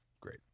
great